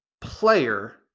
player